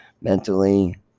mentally